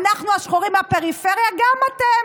אנחנו השחורים מהפריפריה, גם אתם.